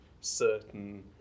certain